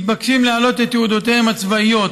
מתבקשים להעלות את תעודותיהם הצבאיות